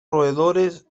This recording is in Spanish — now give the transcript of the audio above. roedores